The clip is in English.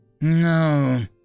No